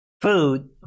food